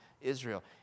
Israel